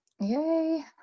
Yay